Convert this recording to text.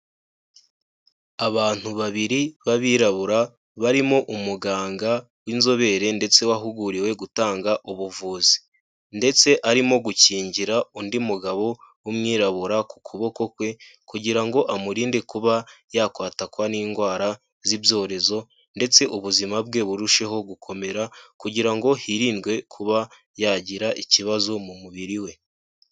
Abantu babiri b'abirabura, barimo umuganga w'inzobere, ndetse wahuguriwe gutanga ubuvuzi. Ndetse arimo gukingira undi mugabo w'umwirabura ku kuboko kwe, kugira ngo amurinde kuba yakwatakwa n'indwara z'ibyorezo, ndetse ubuzima bwe burusheho gukomera, kugira ngo hirindwe kuba yagira ikibazo, mu mubiri we.